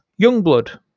Youngblood